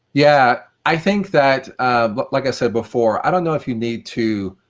yeah i think that um but like i said before, i don't know if you need to